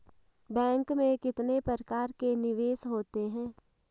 Bank में कितने प्रकार के निवेश होते हैं?